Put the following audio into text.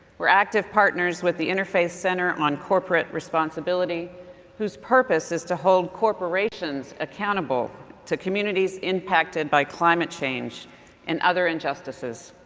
we're active partners with the interfaith center on corporate responsibility whose purpose is to hold corporations accountable to communities impacted by climate change and other injustice.